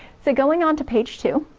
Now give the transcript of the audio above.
so going on to page two